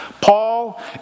Paul